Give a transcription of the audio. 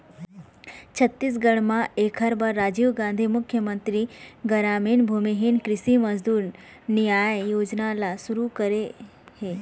छत्तीसगढ़ म एखर बर राजीव गांधी मुख्यमंतरी गरामीन भूमिहीन कृषि मजदूर नियाय योजना ल सुरू करे हे